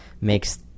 makes